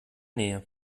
nähe